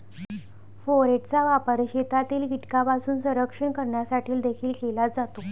फोरेटचा वापर शेतातील कीटकांपासून संरक्षण करण्यासाठी देखील केला जातो